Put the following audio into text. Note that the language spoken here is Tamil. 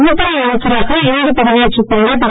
உள்துறை அமைச்சராக இன்று பதவியேற்றுக் கொண்ட திரு